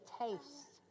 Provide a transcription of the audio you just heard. taste